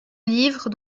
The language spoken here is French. livres